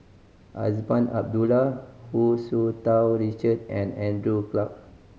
Azman Abdullah Hu Tsu Tau Richard and Andrew Clarke